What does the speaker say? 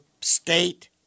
state